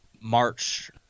March